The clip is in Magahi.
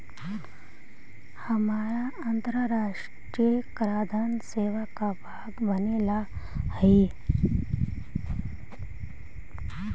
हमारा अन्तराष्ट्रिय कराधान सेवा का भाग बने ला हई